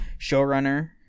showrunner